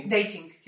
Dating